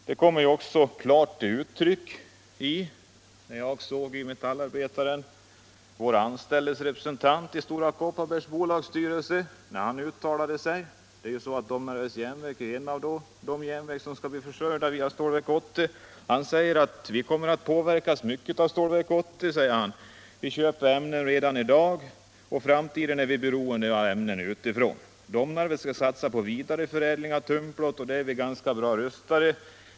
Detta kommer också klart till uttryck i ett uttalande som de anställdas representant i styrelsen för Stora Kopparberg gör i Metallarbetaren rörande Domnarvets Jernverk, ett av de järnverk som skall bli försörjda via Stålverk 80: ”Vi kommer att påverkas mycket av Stålverk 80. Vi köper ämnen redan i dag. Och i framtiden blir vi beroende av ämnen utifrån. Domnarvet ska satsa på vidareförädling av tunnplåt och där är vi ganska bra rustade.